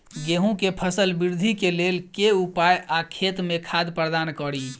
गेंहूँ केँ फसल वृद्धि केँ लेल केँ उपाय आ खेत मे खाद प्रदान कड़ी?